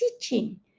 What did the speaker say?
teaching